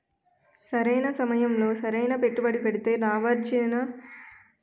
సరైన సమయంలో సరైన పెట్టుబడి పెడితే లాభార్జన సులువుగా ఉంటుంది